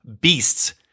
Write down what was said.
beasts